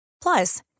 Plus